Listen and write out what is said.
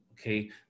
Okay